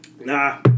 Nah